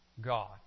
God